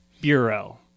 bureau